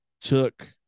took